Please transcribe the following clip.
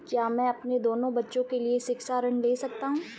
क्या मैं अपने दोनों बच्चों के लिए शिक्षा ऋण ले सकता हूँ?